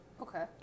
Okay